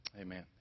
Amen